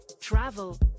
travel